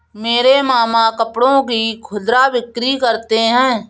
मेरे मामा कपड़ों की खुदरा बिक्री करते हैं